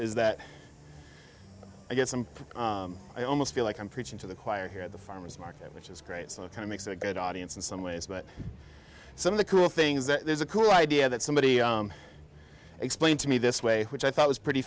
is that i get some i almost feel like i'm preaching to the choir here at the farmers market which is great so i kind of makes a good audience in some ways but some of the cool things there's a cool idea that somebody explained to me this way which i thought was pretty